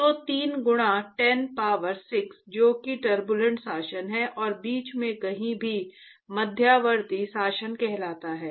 तो 3 गुणा 10 पावर 6 जो कि टर्बूलेंट शासन है और बीच में कहीं भी मध्यवर्ती शासन कहलाता है